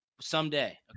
someday